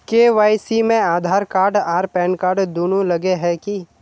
KYC में Aadhaar card आर pan card दुनू लगे है की?